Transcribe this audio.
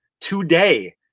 today